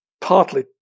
partly